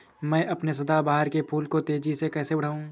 मैं अपने सदाबहार के फूल को तेजी से कैसे बढाऊं?